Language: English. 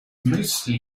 mostly